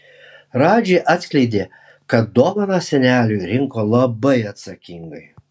radži atskleidė kad dovaną seneliui rinko labai atsakingai